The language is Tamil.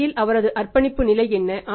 சந்தையில் அவரது அர்ப்பணிப்பு நிலை என்ன